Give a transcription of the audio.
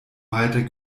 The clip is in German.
weiter